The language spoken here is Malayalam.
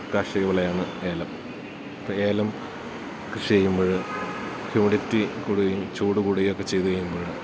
കാർഷികവിളയാണ് ഏലം ഏലം കൃഷി ചെയ്യുമ്പോള് ഹ്യുമിഡിറ്റി കൂടുകയും ചൂടു കൂടുകയുമൊക്കെ ചെയ്തുകഴിയുമ്പോള്